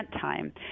time